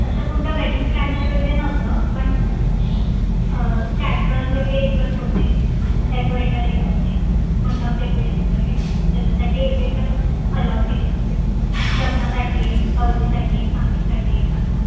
असं कोणतं wedding planner वगैरे नव्हतं पण कॅटरर्स वगैरे एकंच होते डेकोरेटर एक होते मंडप डेकोरेशन्स वगैरे त्याच्यासाठी एकएकच अलॉट केलेलं म्हणजे लग्नासाठी एक हळदीसाठी एक संगीतसाठी एक असं